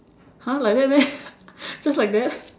!huh! like that meh just like that